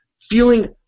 feeling